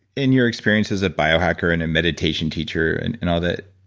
in your experience as a bio hacker and a meditation teacher and and all that,